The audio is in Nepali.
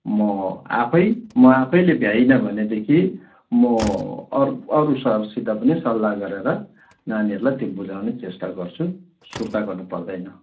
म आफै म आफैले भ्याइनँ भनेदेखि म अरू अरू सरसित पनि सल्लाह गरेर नानीहरूलाई त्यो बुझाउने चेष्टा गर्छु सुर्ता गर्नु पर्दैन